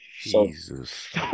Jesus